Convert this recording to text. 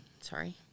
Sorry